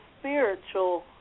spiritual